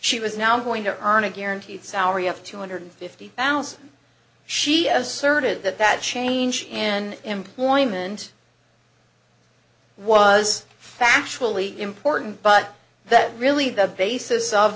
she was now going to earn a guaranteed salary of two hundred fifty thousand she asserted that that change and employment was factually important but that really the basis of